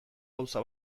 gauza